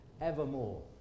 evermore